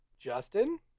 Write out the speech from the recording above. Justin